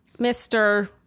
mr